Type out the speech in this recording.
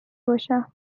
باشم